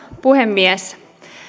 puhemies